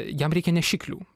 jam reikia nešiklių